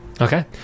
Okay